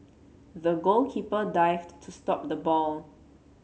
the goalkeeper dived to stop the ball